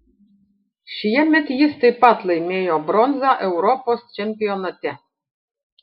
šiemet jis taip pat laimėjo bronzą europos čempionate